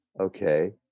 okay